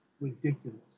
ridiculous